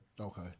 Okay